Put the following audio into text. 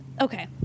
okay